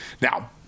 Now